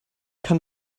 kann